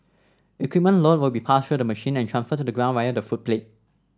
equipment load will be passed through the machine and transferred to the ground via the footplate